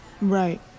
Right